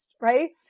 right